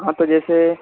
हाँ तो जैसे